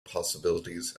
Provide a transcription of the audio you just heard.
possibilities